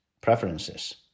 preferences